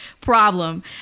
problem